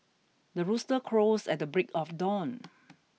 the rooster crows at the break of dawn